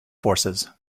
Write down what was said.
forces